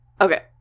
Okay